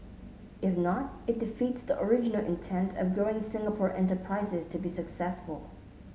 if not it defeats the original intent of growing Singapore enterprises to be successful